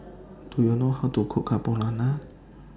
Do YOU know How to Cook Carbonara